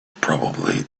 probably